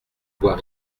bois